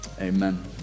Amen